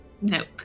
Nope